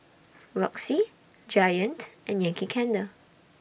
Roxy Giant and Yankee Candle